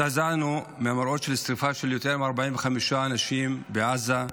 מהמראות של שרפה של יותר מ-45 אנשים בעזה,